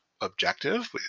objective